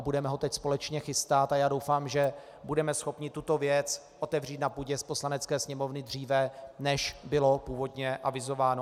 Budeme ho teď společně chystat a já doufám, že budeme schopni tuto věc otevřít na půdě Poslanecké sněmovny dříve, než bylo původně avizováno.